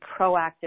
proactive